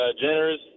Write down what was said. generous